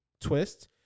twist